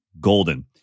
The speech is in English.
golden